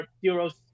Euro's